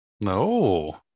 No